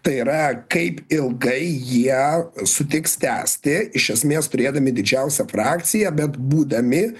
tai yra kaip ilgai jie sutiks tęsti iš esmės turėdami didžiausią frakciją bet būdami